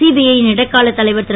CBI யின் இடைக்காலத் தலைவர் திரு